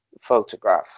photograph